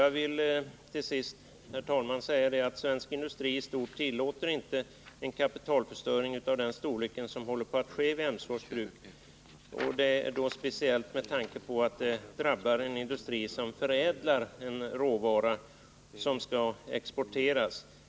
Jag vill till sist säga att svensk industri i stort inte tillåter en kapitalförstöring av den storlek som här lokalt sker vid Emsfors bruk, speciellt inte med tanke på att det drabbar en industri som förädlar en råvara som skall exporteras.